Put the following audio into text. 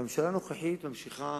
והממשלה הנוכחית ממשיכה,